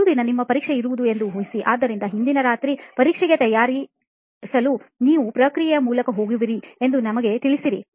ಮರುದಿನ ನಿಮ್ಮ ಪರೀಕ್ಷೆ ಇರುವುದು ಎಂದು ಊಹಿಸಿ ಆದ್ದರಿಂದ ಹಿಂದಿನ ರಾತ್ರಿ ಪರೀಕ್ಷೆಗೆ ತಯಾರಾಗಲು ನೀವು ಪ್ರಕ್ರಿಯೆಯ ಮೂಲಕ ಹೋಗುವಿರಿ ಎಂದು ನಮಗೆ ತಿಳಿಸಿರಿ